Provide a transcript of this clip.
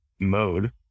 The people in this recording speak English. mode